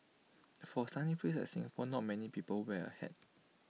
for A sunny place like Singapore not many people wear A hat